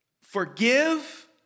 forgive